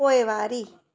पोइवारी